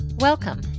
Welcome